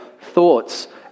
Thoughts